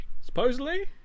Supposedly